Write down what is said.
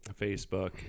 Facebook